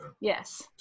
Yes